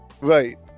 Right